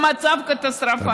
במצב קטסטרופלי.